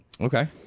Okay